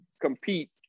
compete